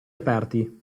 aperti